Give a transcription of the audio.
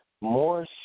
more